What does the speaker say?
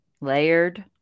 layered